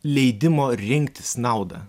leidimo rinktis naudą